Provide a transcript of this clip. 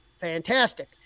fantastic